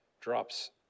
drops